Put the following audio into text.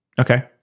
Okay